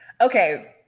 Okay